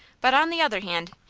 but, on the other hand,